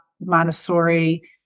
Montessori